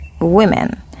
women